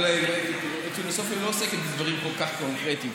אבל פילוסופיה לא עוסקת בדברים כל כך קונקרטיים.